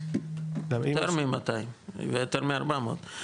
יותר מ-200 ויותר מ-400,